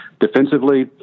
Defensively